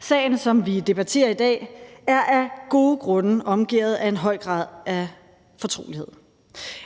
Sagen, som vi debatterer i dag, er af gode grunde omgærdet af en høj grad af fortrolighed.